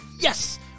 Yes